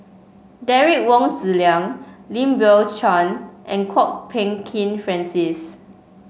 Derek Wong Zi Liang Lim Biow Chuan and Kwok Peng Kin Francis